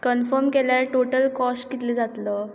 confirm केल्यार कितलो cost जातलो